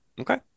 Okay